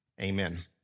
amen